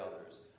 others